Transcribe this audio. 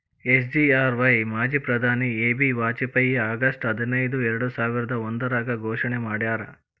SGRY ಮಾಜಿ ಪ್ರಧಾನಿ A B Vajpayee August ಹದಿನೈದು ಎರ್ಡಸಾವಿರದ ಒಂದ್ರಾಗ ಘೋಷಣೆ ಮಾಡ್ಯಾರ